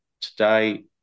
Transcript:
today